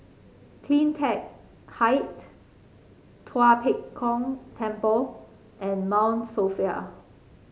CleanTech Height Tua Pek Kong Temple and Mount Sophia